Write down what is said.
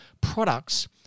products